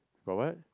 got what